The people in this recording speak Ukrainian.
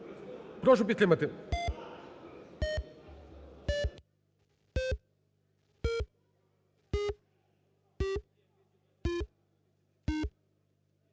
Прошу підтримати.